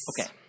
Okay